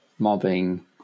mobbing